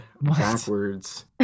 backwards